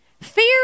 Fear